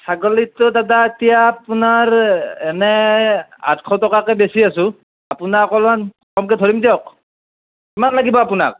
ছাগলীটো দাদা এতিয়া আপোনাৰ এনে আঠশ টকাকে বেচি আছো আপোনাক অলপমাণ কমকৈ ধৰিম দিয়ক কিমান লাগিব আপোনাক